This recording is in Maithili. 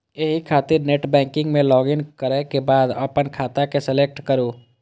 एहि खातिर नेटबैंकिग मे लॉगइन करै के बाद अपन खाता के सेलेक्ट करू